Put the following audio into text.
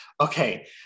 okay